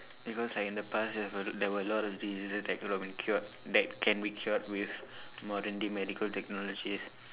because like in the past there have a there were a lot of diseases that could've been cured that can be cured with modern day medical technologies